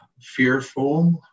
Fearful